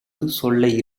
சொல்ல